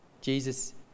Jesus